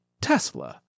Tesla